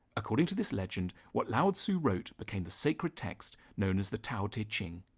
according to this legend, what lao tzu wrote became the sacred text known as the tao te ching.